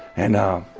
and